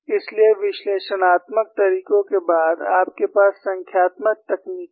इसलिए विश्लेषणात्मक तरीकों के बाद आपके पास संख्यात्मक तकनीकें हैं